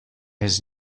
his